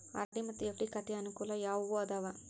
RD ಮತ್ತು FD ಖಾತೆಯ ಅನುಕೂಲ ಯಾವುವು ಅದಾವ?